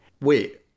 wait